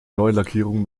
neulackierung